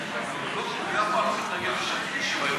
אני אף פעם לא מתנגד לשוויון.